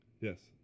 Yes